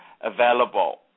available